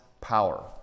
power